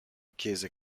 chiese